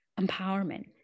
empowerment